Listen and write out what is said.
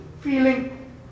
feeling